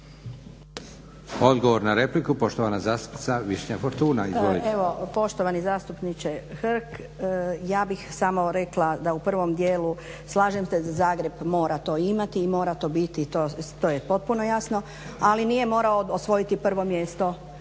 Odgovor na repliku, poštovana zastupnica Višnja Fortuna.